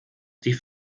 die